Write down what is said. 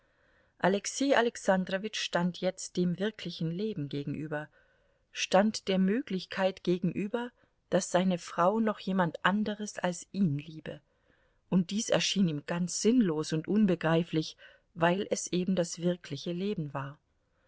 alexei alexandrowitsch stand jetzt dem wirklichen leben gegenüber stand der möglichkeit gegenüber daß seine frau noch jemand anderes als ihn liebe und dies erschien ihm ganz sinnlos und unbegreiflich weil es eben das wirkliche leben war